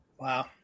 Wow